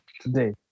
today